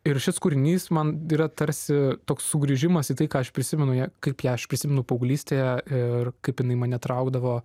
ir šis kūrinys man yra tarsi toks sugrįžimas į tai ką aš prisimenu ją kaip ją aš prisimenu paauglystę ir kaip jinai mane traukdavo